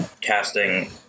Casting